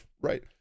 Right